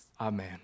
Amen